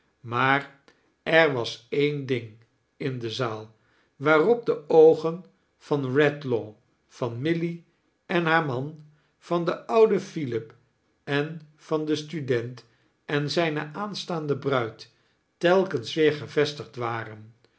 maar er was eea ding in de zaal waarop de oogen van bedlaw van milly en haar man van den oudea philip en van den student en zijne aainstaan de bruid telkens weer gevestigd waren